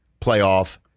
playoff